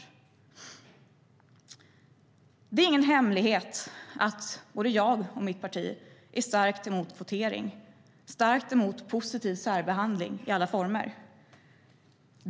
Det är ingen hemlighet att både jag och mitt parti är starkt emot kvotering. Vi är starkt emot positiv särbehandling i alla former.